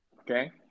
Okay